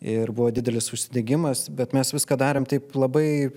ir buvo didelis užsidegimas bet mes viską darėm taip labai